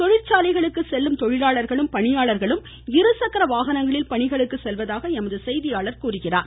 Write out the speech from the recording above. தொழிற்சாலைகளுக்கு செல்லும் தொழிலாளர்களும் பணியாளர்களும் இரு சக்கர வாகனங்களில் பணிகளுக்கு செல்வதாக எமது செய்தியாளர் தெரிவிக்கிறார்